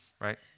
right